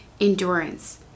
endurance